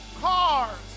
cars